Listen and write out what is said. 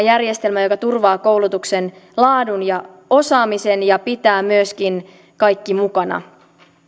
järjestelmä joka turvaa koulutuksen laadun ja osaamisen ja pitää myöskin kaikki mukana